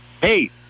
Hey